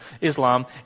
islam